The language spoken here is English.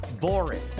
boring